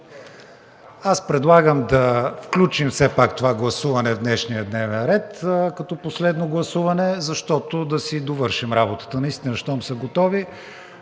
Предлагам да включим все пак това гласуване в днешния дневен ред като последно гласуване, за да си довършим работата. Наистина щом са готови